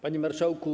Panie Marszałku!